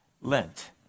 Lent